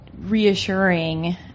reassuring